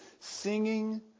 Singing